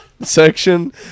section